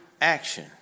action